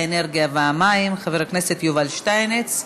האנרגיה והמים חבר הכנסת יובל שטייניץ.